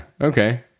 okay